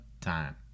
time